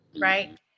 right